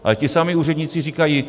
Ale ti samí úředníci říkají.